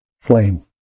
flame